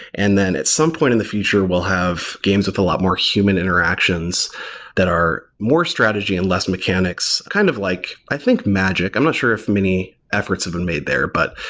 and then at some point in the future we'll have games with a lot more human interactions that are more strategy and less mechanics. kind of like i think magic. i'm not sure if many efforts have been made there. but,